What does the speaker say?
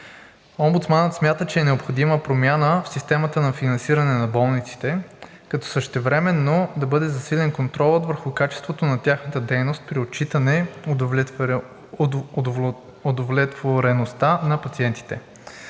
Омбудсманът смята, че е необходима промяна в системата на финансиране на болниците, като същевременно да бъде засилен контролът върху качеството на тяхната дейност при отчитане удовлетвореността на пациентите.